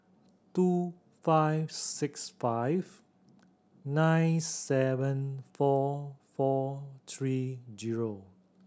two five six five nine seven four four three zero